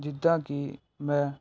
ਜਿੱਦਾਂ ਕਿ ਮੈਂ